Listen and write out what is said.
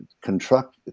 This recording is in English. construct